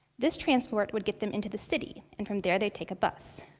this transport would get them into the city, and from there they'd take a bus.